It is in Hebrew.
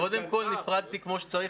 קודם כל, נפרדתי כמו שצריך.